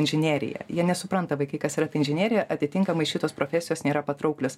inžinerija jie nesupranta vaikai kas yra ta inžinerija atitinkamai šitos profesijos nėra patrauklios